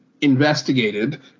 investigated